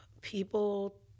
People